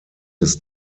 his